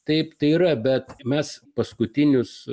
taip tai yra bet mes paskutinius